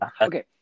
Okay